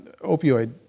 opioid